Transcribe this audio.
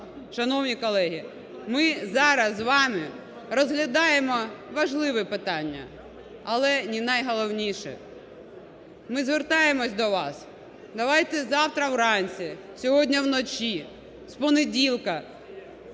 Шановні колеги, ми зараз з вами розглядаємо важливе питання, але не найголовніше. Ми звертаємося до вас: давайте завтра вранці, сьогодні вночі, з понеділка